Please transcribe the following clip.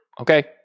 okay